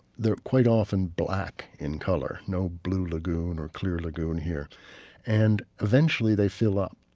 they're quite often black in color no blue lagoon or clear lagoon here and eventually they fill up.